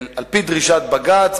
על-פי דרישת בג"ץ,